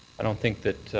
i don't think that,